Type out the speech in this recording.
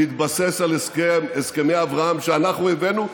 מתבסס על הסכמי אברהם שאנחנו הבאנו,